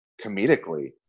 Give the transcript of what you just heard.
comedically